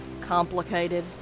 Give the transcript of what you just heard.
Complicated